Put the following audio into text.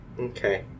Okay